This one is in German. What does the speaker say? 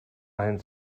ein